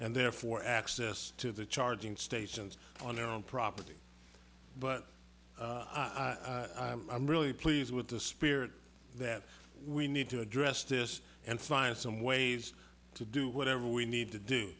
and therefore access to the charging stations on their own property but i'm really pleased with the spirit that we need to address this and find some ways to do whatever we need to do